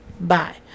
bye